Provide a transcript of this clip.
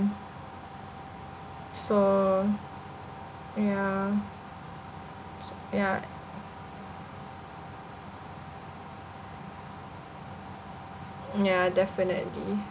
so yeah yeah yeah definitely